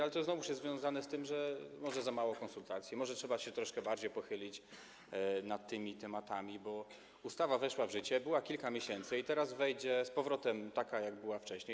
Ale to znowuż jest związane z tym, że może jest za mało konsultacji, może trzeba się troszkę bardziej pochylić nad tymi tematami, bo ustawa weszła w życie, była kilka miesięcy i teraz wejdzie z powrotem taka, jaka była wcześniej.